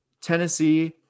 Tennessee